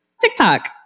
TikTok